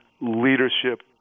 leadership